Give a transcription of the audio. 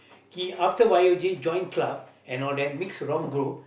he after Y_O_G join club and all that mix with wrong group